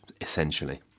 essentially